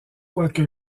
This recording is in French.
quoique